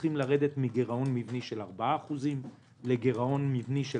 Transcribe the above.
צריכים לרדת מגירעון מבני של 4% לגירעון מבני של